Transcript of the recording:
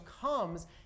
comes